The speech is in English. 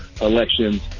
elections